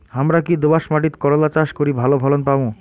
হামরা কি দোয়াস মাতিট করলা চাষ করি ভালো ফলন পামু?